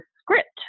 script